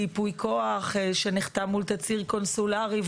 ייפויי כוח שנחתם מול תצהיר קונסולרי,